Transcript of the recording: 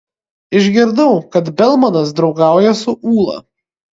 išgirdau kad belmanas draugauja su ūla